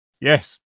Yes